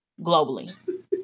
globally